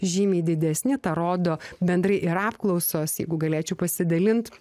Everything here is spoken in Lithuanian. žymiai didesni tą rodo bendri ir apklausos jeigu galėčiau pasidalint